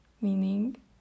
meaning